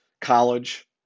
college